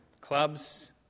clubs